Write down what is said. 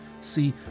See